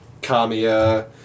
Kamiya